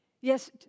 Yes